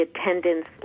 attendance